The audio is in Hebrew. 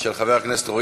11 בעד,